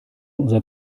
unser